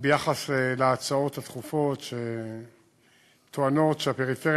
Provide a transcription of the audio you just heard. ביחס להצעות הדחופות שטוענות שהפריפריה